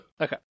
Okay